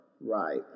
Right